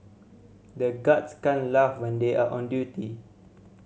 the guards can't laugh when they are on duty